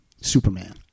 Superman